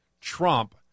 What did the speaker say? Trump